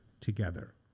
together